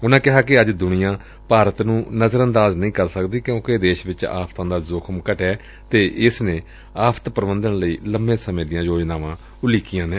ਉਨੂਾਂ ਕਿਹਾ ਕਿ ਅੱਜ ਦੁਨੀਆਂ ਭਾਰਤ ਨੂੰ ਨਜ਼ਰ ਅੰਦਾਜ਼ ਨਹੀਂ ਕਰ ਸਕਦੀ ਕਿਉਂਕਿ ਦੇਸ਼ ਵਿਚ ਆਫ਼ਤਾਂ ਦਾ ਜ਼ੱਖਮ ਘਟਿਐ ਅਤੇ ਇਸ ਨੇ ਆਫ਼ਤ ਪ੍ਰਬੰਧਨ ਲਈ ਲੰਬੇ ਸਮੇਂ ਦੀਆਂ ਯੋਜਨਾਵਾਂ ਉਲੀਕੀਆਂ ਨੇ